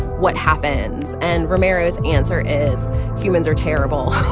what happens? and romero's answer is humans are terrible.